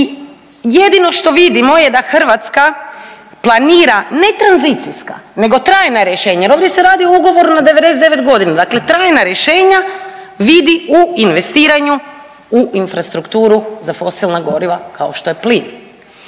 i jedino što vidimo je da Hrvatska planira, ne tranzicija nego trajna rješenja jer ovdje se radi o ugovoru na 99 godina, dakle trajna rješenja vidi u investiranju u infrastrukturu za fosilna goriva, kao što je plin